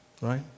Right